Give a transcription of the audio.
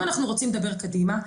אם אנחנו רוצים לדבר קדימה,